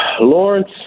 lawrence